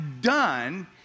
done